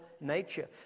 nature